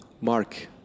mark